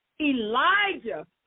Elijah